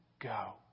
go